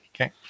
Okay